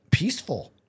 Peaceful